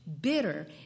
bitter